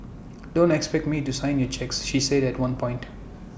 don't expect me to sign your cheques she said at one point